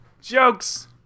Jokes